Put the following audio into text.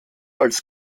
als